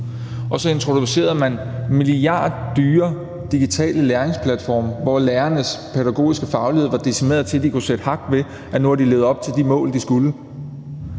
Så introducerede man milliarddyre digitale læringsplatforme, hvor lærernes pædagogiske faglighed var decimeret til, at de kunne sætte hak ved, at de nu havde levet op de mål, de skulle.